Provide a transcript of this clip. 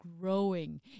growing